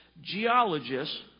geologists